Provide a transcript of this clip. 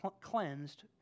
cleansed